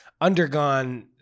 undergone